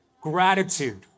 Gratitude